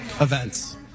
events